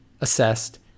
assessed